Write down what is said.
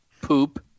poop